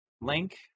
link